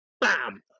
bam